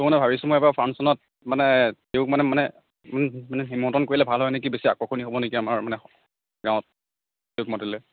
মই মানে ভাবিছোঁ মই এইবাৰ ফাংচনত মানে তেওঁক মানে মানে মানে নিমন্ত্ৰণ কৰিলে ভাল হয় নেকি বেছি আকৰ্ষণীয় হ'ব নেকি আমাৰ মানে গাঁৱত তেওঁক মাতিলে